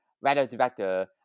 writer-director